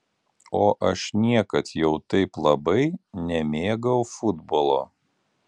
o aš niekad jau taip labai nemėgau futbolo